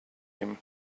him